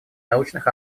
научных